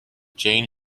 jane